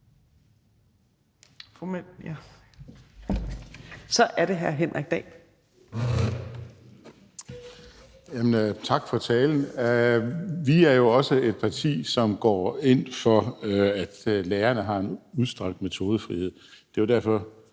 Kl. 14:46 Henrik Dahl (LA): Tak for talen. Vi er jo også et parti, som går ind for, at lærerne har en udstrakt metodefrihed. Det var derfor,